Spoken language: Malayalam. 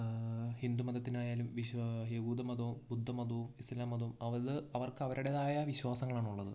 ഹിന്ദു മതത്തിനായാലും വിശ്വാ യഹൂദമതവും ബുദ്ധമതവും ഇസ്ലാം മതവും അവത് അവർക്കവരുടേതായ വിശ്വാസങ്ങളാണുള്ളത്